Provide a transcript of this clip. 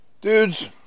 Dudes